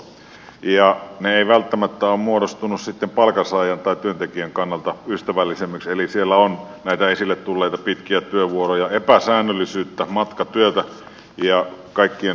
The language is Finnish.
ne eivät välttämättä ole muodostuneet palkansaajan tai työntekijän kannalta ystävällisemmiksi eli siellä on näitä esille tulleita pitkiä työvuoroja epäsäännöllisyyttä matkatyötä ja kaikkien tuntema kolmivuorotyö